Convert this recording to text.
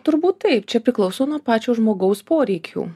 turbūt tai čia priklauso nuo pačio žmogaus poreikių